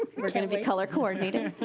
we're gonna be color coordinated.